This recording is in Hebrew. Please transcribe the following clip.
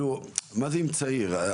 מה זה אם צעיר?